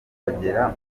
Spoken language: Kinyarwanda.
bagera